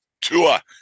Tua